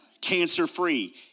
Cancer-free